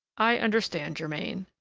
i understand, germain,